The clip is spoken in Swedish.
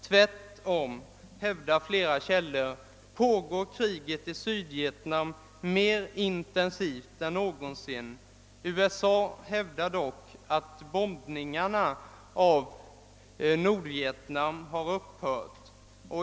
Tvärtom hävdar 'ett flertal källor, att kriget i Sydvietnam pågår mer intensivt än någonsin. USA hävdar dock att bombningarna av Nordvietnam har uppbört.